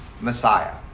Messiah